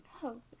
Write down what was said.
hope